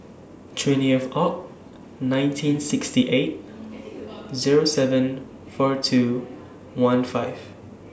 twentieth Oct nineteen sixty eight Zero seven four two one five